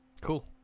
Cool